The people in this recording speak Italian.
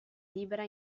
libera